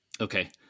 Okay